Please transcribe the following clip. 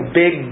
big